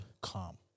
calm